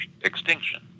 Extinction